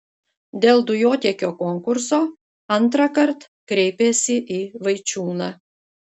dėl dujotiekio konkurso antrąkart kreipėsi į vaičiūną